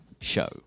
show